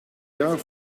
jaar